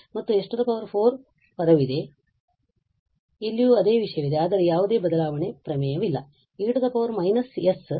ಮತ್ತು s4 ಪದವಿದೆ ಇಲ್ಲಿಯೂ ಅದೇ ವಿಷಯವಿದೆ ಆದರೆ ಯಾವುದೇ ಬದಲಾವಣೆಯ ಪ್ರಮೇಯವಿಲ್ಲ e −s